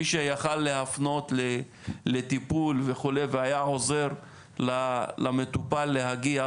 מי שיכול היה להפנות לטיפול והיה עוזר למטופל להגיע,